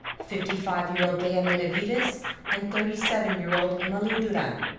fifty five year old deyanira vivas and thirty seven year old emalu duran.